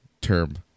term